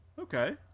okay